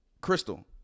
Crystal